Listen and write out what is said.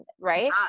right